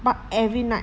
but every night